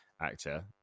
actor